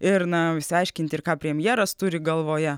ir na išsiaiškinti ir ką premjeras turi galvoje